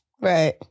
Right